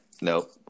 Nope